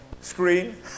screen